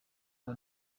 ngo